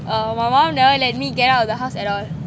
uh my mum never let me get out of the house at all